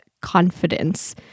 confidence